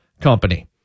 Company